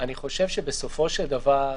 בסופו של דבר,